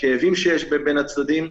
הכאבים בין הצדדים,